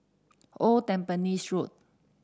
Old Tampines Road